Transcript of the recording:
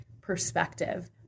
perspective